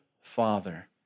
father